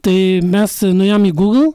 tai mes nuėjom į google